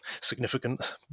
significant